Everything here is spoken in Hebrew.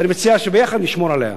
ואני מציע שביחד נשמור עליה.